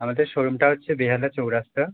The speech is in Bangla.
আমাদের শোরুমটা হচ্ছে বেহালার চৌরাস্তা